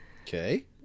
Okay